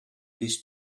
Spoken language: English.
this